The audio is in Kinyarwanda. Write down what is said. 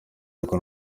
ariko